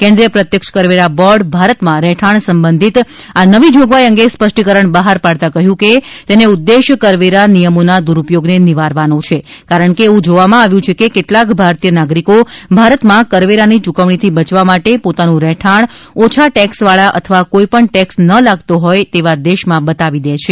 કેન્દ્રીય પ્રત્યક્ષ કરવેરા બોર્ડ ભારતમાં રહેઠાણ સંબધિત આ નવી જોગવાઇ અંગે સ્પષ્ટીકરણ બહાર પાડતા કહ્યું કે તેને ઉદ્દેશ્ય કરવેરા નિયમોના દુરુપયોગને નિવારવાનો છે કારણ કે એવું જોવામાં આવ્યુ છે કે કેટલાક ભારતીય નાગરિકો ભારતમાં કરવેરાની ચૂકવણીથી બચવા માટે પોતાનું રહેઠાણ ઓછા ટેક્સવાળા અથવા કોઇપણ ટેક્સ ના લાગતો હોય તેવા દેશમાં બતાવી દે છે